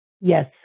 Yes